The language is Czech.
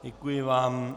Děkuji vám.